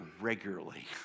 regularly